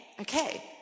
Okay